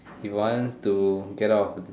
he wants to get out